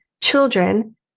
children